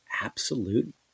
absolute